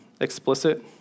explicit